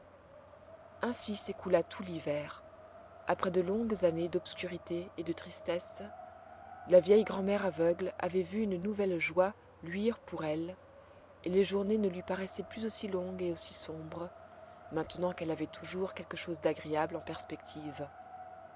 ainsi s'écoula tout l'hiver après de longues années d'obscurité et de tristesse la vieille grand-mère aveugle avait vu une nouvelle joie luire pour elle et les journées ne lui paraissaient plus aussi longues et aussi sombres maintenant qu'elle avait toujours quelque chose d'agréable en perspective